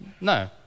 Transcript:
no